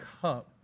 cup